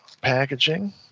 Packaging